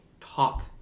talk